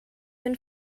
been